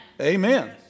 Amen